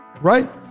Right